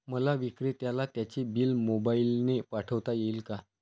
मला विक्रेत्याला त्याचे बिल मोबाईलने पाठवता येईल का?